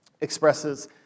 expresses